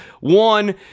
One